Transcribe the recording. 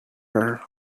her